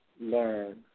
learn